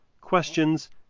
questions